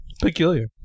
Peculiar